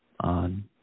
on